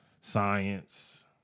science